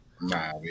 Nah